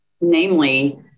Namely